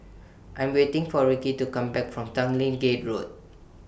I Am waiting For Rickey to Come Back from Tanglin Gate Road